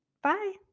Bye